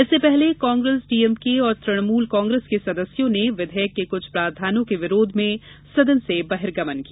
इससे पहले कांग्रेस डीएमके और तुणमूल कांग्रेस के सदस्यों ने विधेयक के कुछ प्रावधानों के विरोध में सदन से बहिर्गमन किया